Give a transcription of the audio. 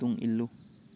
ꯇꯨꯡ ꯏꯜꯂꯨ